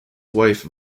wife